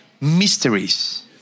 mysteries